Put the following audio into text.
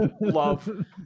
Love